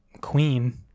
queen